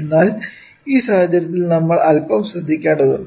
എന്നാൽ ഈ സാഹചര്യത്തിൽ നമ്മൾ അൽപം ശ്രദ്ധിക്കേണ്ടതുണ്ട്